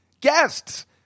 guests